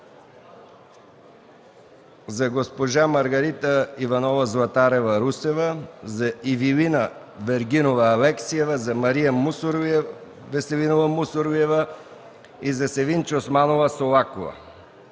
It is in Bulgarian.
за госпожа Маргарита Иванова Златарева-Русева, за Ивилина Вергинова Алексиева, за Мария Веселинова Мусурлиева и за Севинч Османова Солакова.